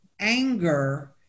anger